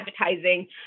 advertising